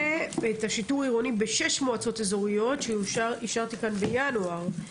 ואת השיטור עירוני בשש מועצות אזוריות שאישרתי כאן בינואר.